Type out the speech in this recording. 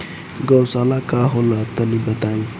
गौवशाला का होला तनी बताई?